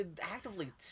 actively